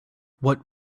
what